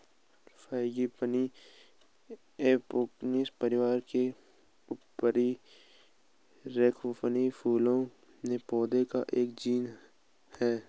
frangipani Apocynaceae परिवार के उपपरिवार रौवोल्फिया में फूलों के पौधों का एक जीनस है